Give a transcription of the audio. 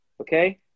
okay